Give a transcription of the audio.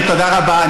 תודה רבה.